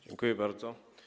Dziękuję bardzo.